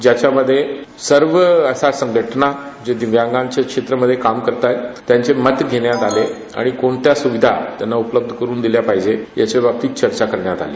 ज्यामध्ये सर्व अष्या संघटना ज्या दिव्यांगाच्या क्षेत्रामध्ये काम करत आहेत त्यांचं मत घेण्यात आलं आणि कोणत्या स्विधा त्यांना उपलब्ध करून दिल्या पाहिजे याबाबत चर्चा करण्यात आली